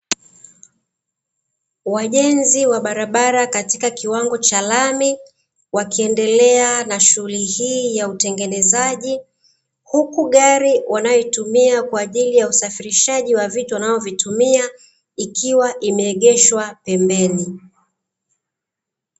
Wajenzi wa barabara katika kiwango cha lami wakiendelea na shughuli hii ya utengenezaji, huku gari wanayoitumia kwa ajili ya usafirishaji wa vitu wanavyovitumia ikiwa imeegeshwa pembeni.